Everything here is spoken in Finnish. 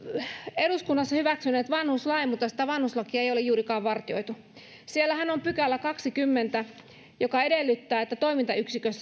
eduskunnassa hyväksyneet vanhuslain mutta sitä vanhuslakia ei ole juurikaan vartioitu siellähän on kahdeskymmenes pykälä joka edellyttää että toimintayksikössä